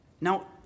Now